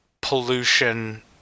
pollution